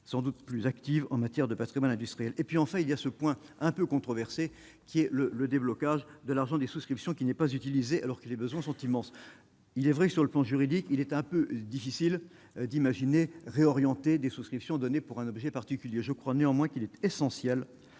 sans doute plus actives en matière de Patrimoine industriel et puis enfin, il y a ce point un peu controversée, qui est le le déblocage de l'argent des souscriptions qui n'est pas utilisé alors que les besoins sont immenses, il est vrai que sur le plan juridique, il est un peu difficile d'imaginer réorienter des souscriptions donné pour un objet particulier je crois néanmoins qu'il est essentiel